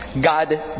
God